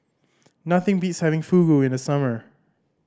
nothing beats having Fugu in the summer